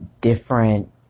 different